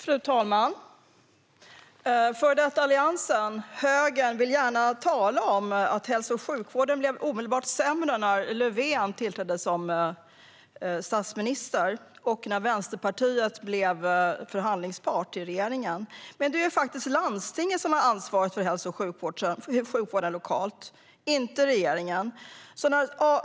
Fru talman! Före detta Alliansen, högern, vill gärna tala om att hälso och sjukvården omedelbart blev sämre när Löfven tillträdde som statsminister och när Vänsterpartiet blev förhandlingspart till regeringen. Men det är faktiskt landstingen som har ansvaret för hälso och sjukvården lokalt och inte regeringen.